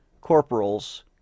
corporal's